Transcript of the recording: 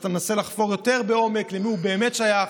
אז אתה מנסה לחפור יותר לעומק למי הוא באמת שייך,